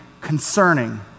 concerning